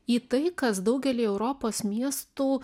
į tai kas daugely europos miestų